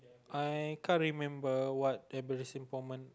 I can't remember what embarrassing moment